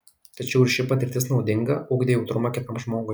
tačiau ir ši patirtis naudinga ugdė jautrumą kitam žmogui